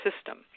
system